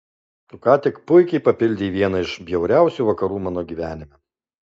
tu ką tik puikiai papildei vieną iš bjauriausių vakarų mano gyvenime